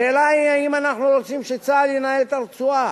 השאלה היא, האם אנחנו רוצים שצה"ל ינהל את הרצועה.